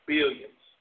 Billions